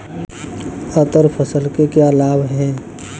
अंतर फसल के क्या लाभ हैं?